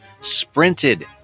sprinted